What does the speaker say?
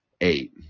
Eight